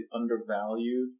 undervalued